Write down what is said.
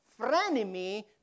frenemy